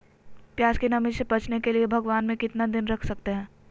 प्यास की नामी से बचने के लिए भगवान में कितना दिन रख सकते हैं?